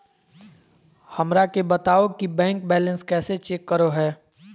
हमरा के बताओ कि बैंक बैलेंस कैसे चेक करो है?